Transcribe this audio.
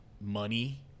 money